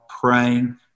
praying